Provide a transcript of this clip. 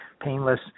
painless